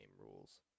rules